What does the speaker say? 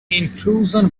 intrusion